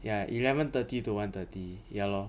ya eleven thirty to one thirty ya lor